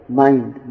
mind